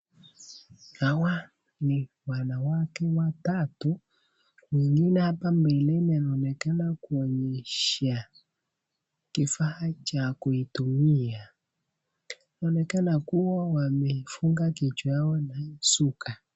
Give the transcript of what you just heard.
Hawa ni wanawake watatu. Mwingine hapa mbele anaonekana kuonyesha kifaa cha kuitumia. Anaonekana kuwa amefunga kichwa yao na suka.